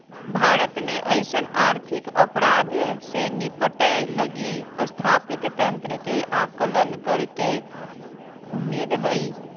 भारत में अइसन आर्थिक अपराध से निपटय लगी स्थापित तंत्र के आकलन करेके उम्मीद हइ